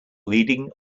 leading